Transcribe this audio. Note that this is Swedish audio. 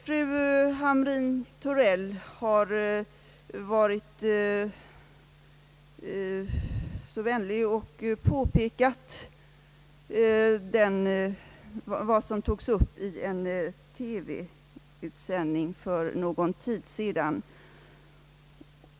Fru Hamrin-Thorell har varit så vänlig och påpekat vad som togs upp i en TV-utsändning för en tid sedan.